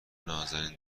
نازنین